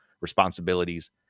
responsibilities